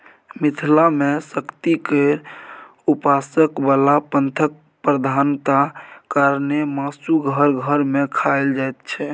मिथिला मे शक्ति केर उपासक बला पंथक प्रधानता कारणेँ मासु घर घर मे खाएल जाइत छै